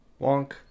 Wonk